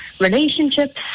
relationships